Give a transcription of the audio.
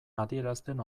adierazten